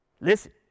listen